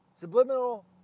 Subliminal